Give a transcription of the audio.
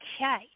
Okay